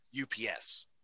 UPS